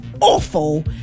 awful